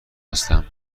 هستم